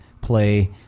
play